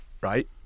right